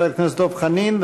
חבר הכנסת דב חנין,